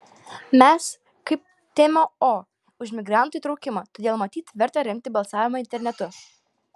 mes kaip tmo už migrantų įtraukimą todėl matyt verta remti balsavimą internetu